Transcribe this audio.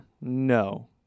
No